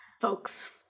folks